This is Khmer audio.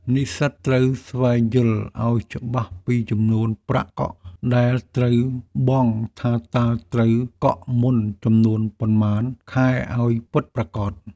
និស្សិតត្រូវស្វែងយល់ឱ្យច្បាស់ពីចំនួនប្រាក់កក់ដែលត្រូវបង់ថាតើត្រូវកក់មុនចំនួនប៉ុន្មានខែឱ្យពិតប្រាកដ។